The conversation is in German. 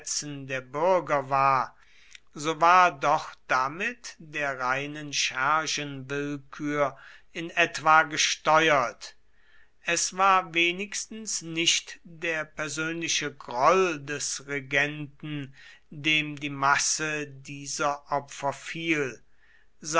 der bürger war so war doch damit der reinen schergenwillkür in etwa gesteuert es war wenigstens nicht der persönliche groll des regenten dem die masse dieser opfer fiel